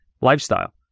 lifestyle